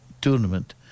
tournament